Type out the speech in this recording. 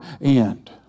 end